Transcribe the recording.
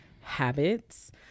habits